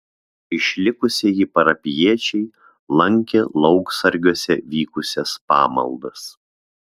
išlikusieji parapijiečiai lankė lauksargiuose vykusias pamaldas